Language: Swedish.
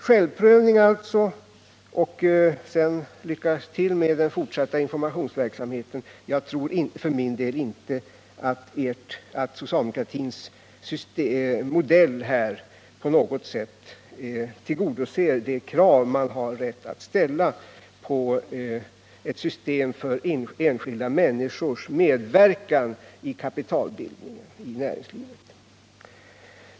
Självprövning är alltså att rekommendera. Jag tror för min del inte att socialdemokratins modell på något sätt tillgodoser de krav man har rätt att ställa på ett system för enskilda människors medverkan i kapitalbildningen i näringslivet.